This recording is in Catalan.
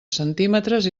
centímetres